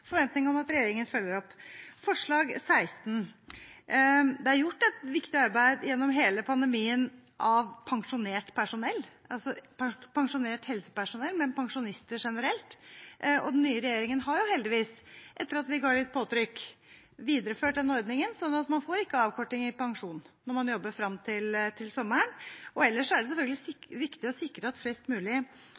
forventning om at regjeringen følger opp. Forslag nr. 16: Det er gjort et viktig arbeid gjennom hele pandemien av pensjonert personell, altså pensjonert helsepersonell, men også av pensjonister generelt. Den nye regjeringen har heldigvis, etter litt påtrykk fra oss, videreført denne ordningen slik at man ikke får avkorting i pensjonen når man jobber fram til sommeren. Ellers er det selvfølgelig viktig å sikre at flest mulig